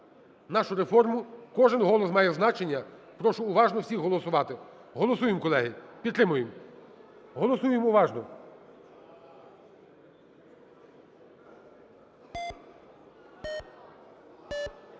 нашу реформу, кожен голос має значення. Прошу уважно всіх голосувати. Голосуємо, колеги, підтримуємо. Голосуємо уважно.